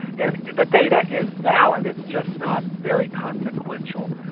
and the data is valid, it's just not very consequential.